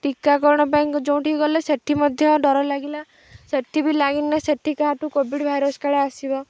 ଟୀକାକରଣ ପାଇଁ ଯେଉଁଠିକି ଗଲେ ସେଠି ମଧ୍ୟ ଡର ଲାଗିଲା ସେଠି ଲାଗିନା ସେଠି କାଠୁ କୋଭିଡ଼ ଭାଇରସ୍ କାଳେ ଆସିବ